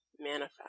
manifest